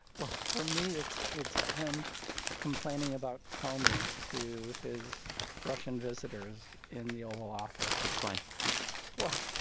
well, for me, it's it's him complaining about comey to his russian visitors in the oval office explain well,